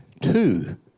two